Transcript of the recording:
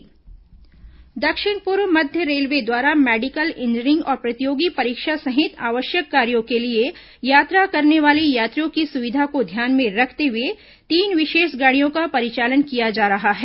special गाड़ी परिचालन दक्षिण पूर्व मध्य रेलवे द्वारा मेडिकल इंजीनियरिंग और प्रतियोगी परीक्षा सहित आवश्यक कार्यो के लिए यात्रा करने वाले यात्रियों की सुविधा को ध्यान में रखते हुए तीन विशेष गाड़ियों का परिचालन किया जा रहा है